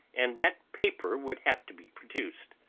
and that paper would have to be produced.